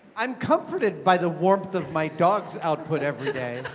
i'm comforted by the warmth of my dog's output every day.